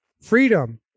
freedom